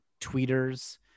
tweeters